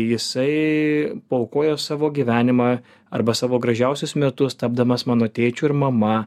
jisai paaukojo savo gyvenimą arba savo gražiausius metus tapdamas mano tėčiu ir mama